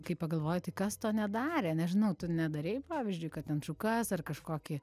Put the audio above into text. kai pagalvoji tai kas to nedarė nežinau tu nedarei pavyzdžiui kad ten šukas ar kažkokį